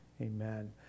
Amen